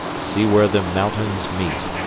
see where them mountings meet!